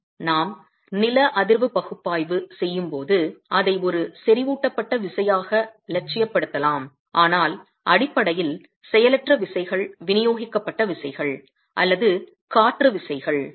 நாம் நில அதிர்வு பகுப்பாய்வு செய்யும் போது அதை ஒரு செறிவூட்டப்பட்ட விசையாக இலட்சியப்படுத்தலாம் ஆனால் அடிப்படையில் செயலற்ற விசைகள் விநியோகிக்கப்பட்ட விசைகள் அல்லது காற்று விசைகள் சுவரில் உள்ள காற்று அழுத்தம்